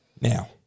Now